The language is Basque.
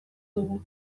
dugu